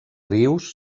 rius